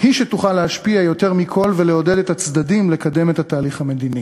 היא שתוכל להשפיע יותר מכול ולעודד את הצדדים לקדם את התהליך המדיני.